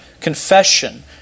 confession